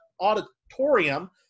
auditorium